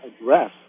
address